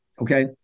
okay